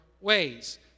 ways